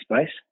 space